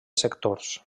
sectors